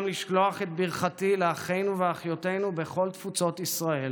לשלוח את ברכתי לאחינו ואחיותינו בכל תפוצות ישראל,